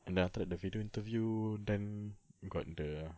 and then after that the video interview then got the